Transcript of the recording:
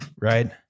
right